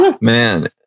man